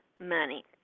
money